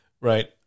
Right